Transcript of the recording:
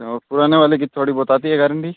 अच्छा पुराने वाले की थोड़ी बहुत आती है गारन्टी